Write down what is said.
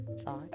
Thought